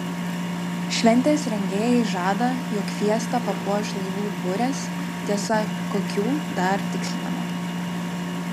šventės rengėjai žada jog fiestą papuoš laivų burės tiesa kokių dar tikslinama